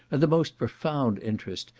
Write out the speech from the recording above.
and the most profound interest,